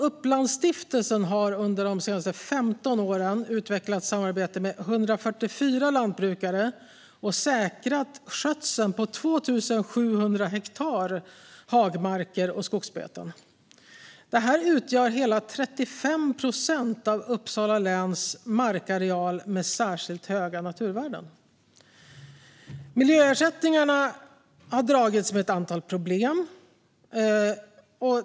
Upplandsstiftelsen har under de senare 15 åren utvecklat samarbete med 144 lantbrukare och säkrat skötseln på 2 700 hektar hagmarker och skogsbeten. Det utgör hela 35 procent av Uppsala läns markareal med särskilt höga naturvärden. Miljöersättningarna har dragits med ett antal problem.